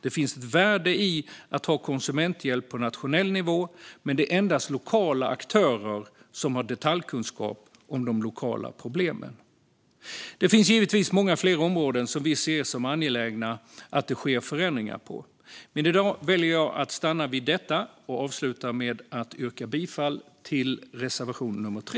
Det finns ett värde i att ha konsumenthjälp på nationell nivå, men det är endast lokala aktörer som har detaljkunskap om de lokala problemen. Det finns givetvis många fler områden där vi ser det som angeläget att det sker förändringar, men i dag väljer jag att stanna vid detta och avslutar med att yrka bifall till reservation 3.